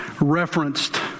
referenced